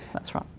that's right.